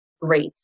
Great